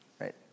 right